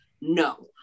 No